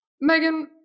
Megan